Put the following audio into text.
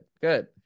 good